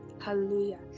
Hallelujah